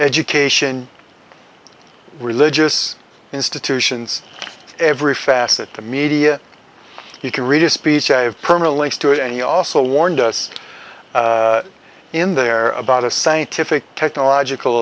education religious institutions every facet the media you can read a speech i have permanent links to it and he also warned us in there about a scientific technological